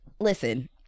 listen